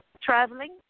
traveling